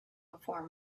before